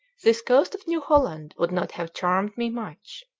this coast of new holland would not have charmed me much.